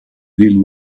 deal